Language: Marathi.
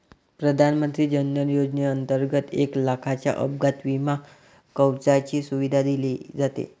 प्रधानमंत्री जन धन योजनेंतर्गत एक लाखाच्या अपघात विमा कवचाची सुविधा दिली जाते